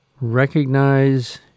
Recognize